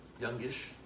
youngish